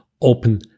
open